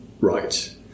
right